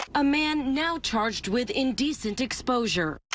a man now charged with indecent exposure.